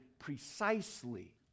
precisely